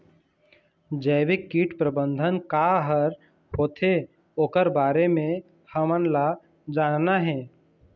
जैविक कीट प्रबंधन का हर होथे ओकर बारे मे हमन ला जानना हे?